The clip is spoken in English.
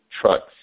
trucks